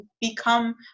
become